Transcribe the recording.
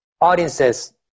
audiences